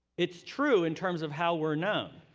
it's true in terms of how we're known.